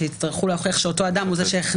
שיצטרכו להוכיח שאותו אדם הוא זה שהכניס